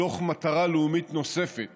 מתוך מטרה לאומית נוספת